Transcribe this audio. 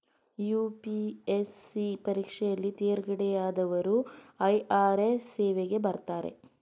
UPSC ಪರೀಕ್ಷೆಯಲ್ಲಿ ತೇರ್ಗಡೆಯಾದವರು IRS ಸೇವೆಗೆ ಬರ್ತಾರೆ